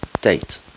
Date